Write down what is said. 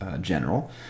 general